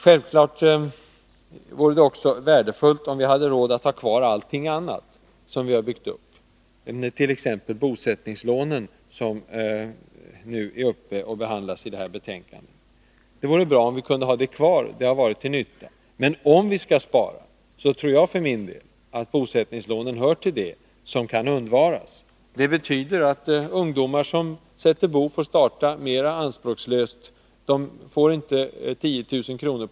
Självklart vore det värdefullt om vi hade råd att ha kvar allt annat som vi har byggt upp, t.ex. bosättningslånen som behandlas i detta betänkande. De har varit till nytta. Men om vi skall spara tror jag att bosättningslånen hör till det som kan undvaras. Det betyder att ungdomar som sätter bo får starta mera anspråkslöst. De får inte 10 000 kr.